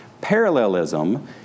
Parallelism